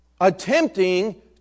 attempting